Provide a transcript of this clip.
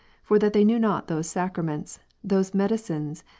for that they knew not those sacraments, those medi cines,